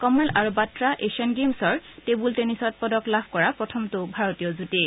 কমল আৰু বট্টা এছিয়ান গেমছৰ টেবুল টেননিছত পদক লাভ কৰা প্ৰথমটো ভাৰতীয় যুটী